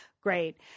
Great